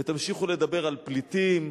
ותמשיכו לדבר על פליטים,